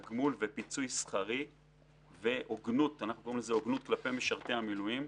תגמול ופיצוי שכרי והוגנות כלפי משרתי המילואים.